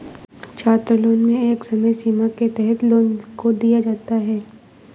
छात्रलोन में एक समय सीमा के तहत लोन को दिया जाता है